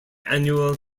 annual